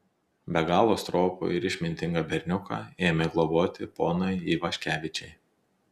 be galo stropų ir išmintingą berniuką ėmė globoti ponai ivaškevičiai